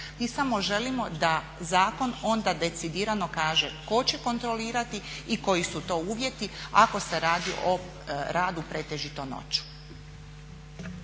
Mi samo želimo da zakon onda decidirano kaže tko će kontrolirati i koji su to uvjeti ako se radi o radu pretežito noću.